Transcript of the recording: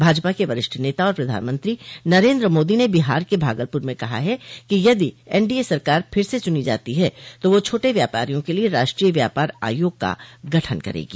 भाजपा के वरिष्ठ नेता और प्रधानमंत्री नरेन्द्र मोदी ने बिहार के भागलपुर में कहा है कि यदि एनडीए सरकार फिर स चुनी जाती है तो वह छोटे व्यापारियों क लिए राष्ट्रीय व्यापार आयोग का गठन करेगी